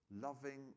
loving